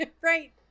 Right